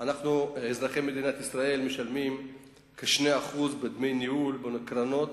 אזרחי מדינת ישראל משלמים כ-2% דמי ניהול בקרנות